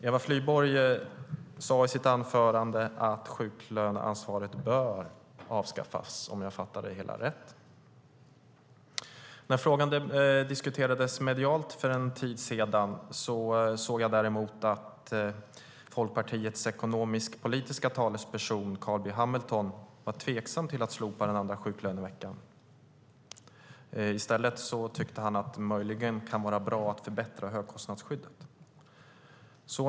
Eva Flyborg sade i sitt anförande att sjuklöneansvaret bör avskaffas, om jag förstod det hela rätt. När frågan diskuterades medialt för en tid sedan såg jag däremot att Folkpartiets ekonomisk-politiska talesperson Carl B Hamilton var tveksam till att slopa sjuklöneansvaret för den andra veckan. Han tyckte i stället att det möjligen kan vara bra att förbättra högkostnadsskyddet.